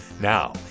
Now